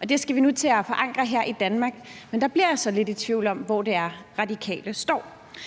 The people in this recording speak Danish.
Og det skal vi nu til at forankre her i Danmark, men der bliver jeg så lidt i tvivl om, hvor det er, Radikale står.